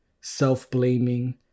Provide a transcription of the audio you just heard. self-blaming